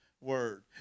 word